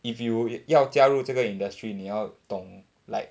if you 要加入这个 industry 你要懂 like